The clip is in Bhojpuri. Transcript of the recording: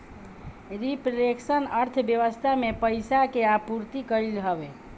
रिफ्लेक्शन अर्थव्यवस्था में पईसा के आपूर्ति कईल हवे